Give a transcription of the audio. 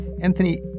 Anthony